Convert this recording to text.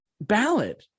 ballad